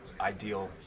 ideal